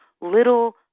little